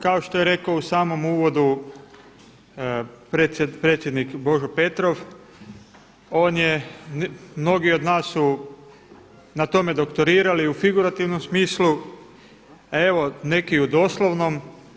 Kao što je rekao u samom uvodu predsjednik Božo Petrov on je, mnogi od nas su na tome doktorirali u figurativnom smislu, a evo neki u doslovnom.